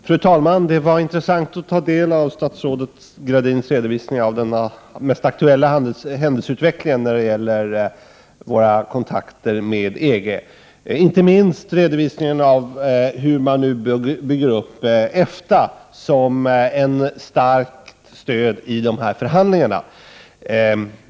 Fru talman! Det var intressant att ta del av statsrådet Gradins redovisning av den mest aktuella händelseutvecklingen när det gäller Sveriges kontakter med EG. Det gäller inte minst redovisningen av hur man nu bygger upp EFTA som ett starkt stöd i dessa förhandlingar.